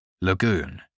Lagoon